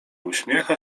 uśmiecha